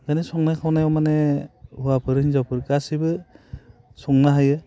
इदिनो संनाय खावनायाव माने हौवाफोर हिनजावफोर गासिबो संनो हायो